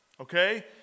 okay